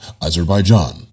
Azerbaijan